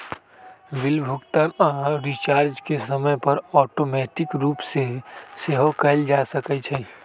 bill भुगतान आऽ recharge के समय पर ऑटोमेटिक रूप से सेहो कएल जा सकै छइ